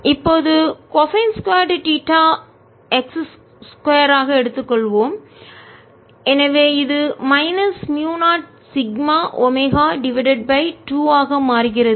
இப்போது கொசைன் 2 தீட்டாவை x 2 ஆக எடுத்துக்கொள்கிறோம் எனவே இது minus mu 0 sigma omega divided by 2 வாக மாறுகிறது